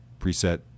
preset